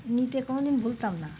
নিতে কোনো দিন ভুলতাম না